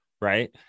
right